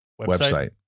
website